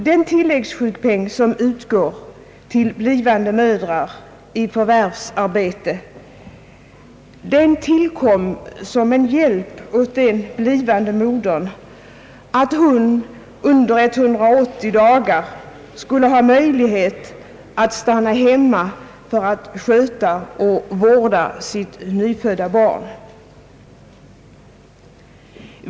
Den tilläggssjukpenning som utgår till blivande mödrar med förvärvsarbete tillkom som en hjälp så att de under 180 dagar skulle ha möjlighet att stanna hemma för att sköta och vårda sitt barn.